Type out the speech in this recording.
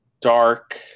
dark